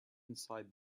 inside